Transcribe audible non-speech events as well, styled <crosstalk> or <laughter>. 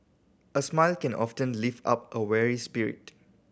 a smile can often <unintelligible> lift up a weary spirit